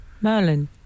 Merlin